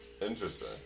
Interesting